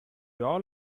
all